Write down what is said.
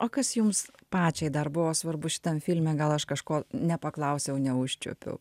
o kas jums pačiai dar buvo svarbu šitam filme gal aš kažko nepaklausiau neužčiuopiau